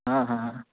हँ हँ